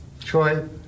Troy